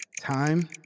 Time